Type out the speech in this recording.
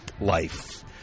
life